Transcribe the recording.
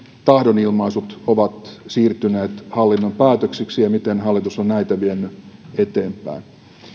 tahdonilmaisut ovat siirtyneet hallinnon päätöksiksi ja miten hallitus on näitä vienyt eteenpäin